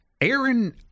aaron